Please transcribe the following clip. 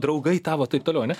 draugai tavo taip toliau ane